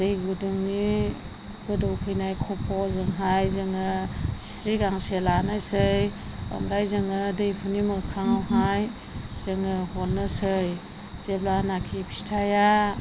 दै गुदुंनि गोदौफैनाय खफ' जोंहाय जोङो हिस्रि गांसे लानोसै ओमफ्राय जोङो दैहुनि मोखाङावहाय जोङो हरनोसै जेब्लानाखि फिथाया